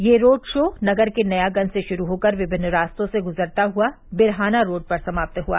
यह road show नगर के नया गंज से शुरू हो कर विभिन्न रास्तों से गुजरता हुआ बिरहाना रोड़ पर समाप्त हुआ